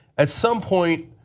at some point,